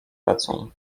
lecą